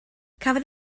cafodd